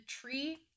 tree